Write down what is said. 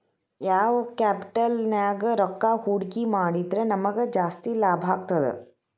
ಯಾವ್ ಕ್ಯಾಪಿಟಲ್ ನ್ಯಾಗ್ ರೊಕ್ಕಾ ಹೂಡ್ಕಿ ಮಾಡಿದ್ರ ನಮಗ್ ಜಾಸ್ತಿ ಲಾಭಾಗ್ತದ?